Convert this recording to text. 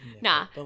Nah